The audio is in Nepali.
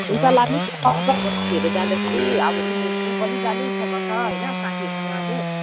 हुन्छ लानुहोस् न त अब साथीहरू जाँदाखेरि उसले ऊ पनि जानै इच्छा गर्छ होइन साथीहरूसँग अब